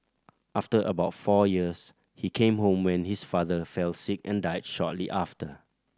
after about four years he came home when his father fell sick and died shortly after